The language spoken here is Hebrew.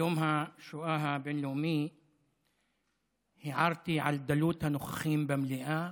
ביום השואה הבין-לאומי הערתי על דלות הנוכחים במליאה,